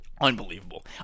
Unbelievable